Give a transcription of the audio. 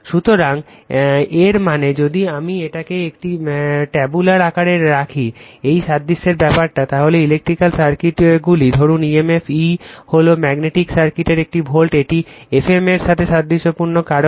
সুতরাং এর মানে যদি আমি এটিকে একটি ট্যাবুলার আকারে রাখি এই সাদৃশ্যর ব্যাপারটা তাহলে ইলেকট্রিকাল সার্কিটগুলি ধরুন emf E হলো ম্যাগনেটিক সার্কিটের একটি ভোল্ট এটি Fm এর সাথে সাদৃশ্যপূর্ণ